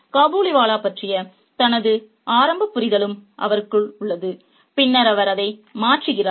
காபூலிவாலா பற்றிய தனது ஆரம்ப புரிதலும் அவருக்கு உள்ளது பின்னர் அவர் அதை மாற்றுகிறார்